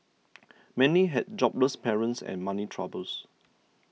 many had jobless parents and money troubles